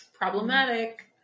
problematic